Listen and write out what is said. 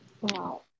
Wow